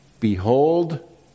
behold